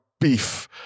beef